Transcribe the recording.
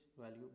value